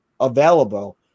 available